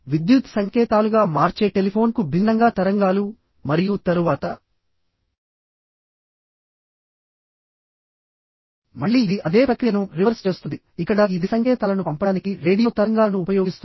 విద్యుత్ సంకేతాలుగా మార్చే టెలిఫోన్కు భిన్నంగా తరంగాలు మరియు తరువాత మళ్ళీ ఇది అదే ప్రక్రియను రివర్స్ చేస్తుంది ఇక్కడ ఇది సంకేతాలను పంపడానికి రేడియో తరంగాలను ఉపయోగిస్తుంది